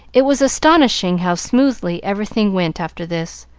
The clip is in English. it was astonishing how smoothly everything went after this,